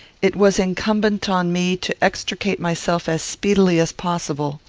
it was incumbent on me to extricate myself as speedily as possible.